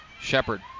Shepard